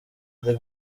the